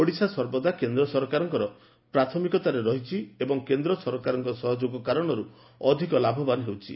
ଓଡ଼ିଶା ସର୍ବଦା ମୋଦି ସରକାରଙ ପ୍ରାଥମିକତାରେ ରହିଛି ଏବଂ କେନ୍ଦ୍ର ସରକାରଙ୍କ ସହଯୋଗ କାରଣରୁ ଅଧିକ ଲାଭବାନ ହେଉଛି